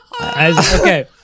Okay